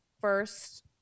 first